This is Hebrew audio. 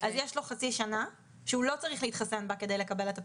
אז יש לו חצי שנה שהוא לא צריך להתחסן בה כדי לקבל את הפטור.